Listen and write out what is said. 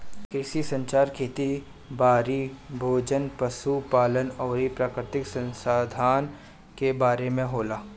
कृषि संचार खेती बारी, भोजन, पशु पालन अउरी प्राकृतिक संसधान के बारे में होला